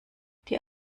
die